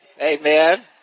amen